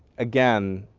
again,